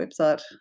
website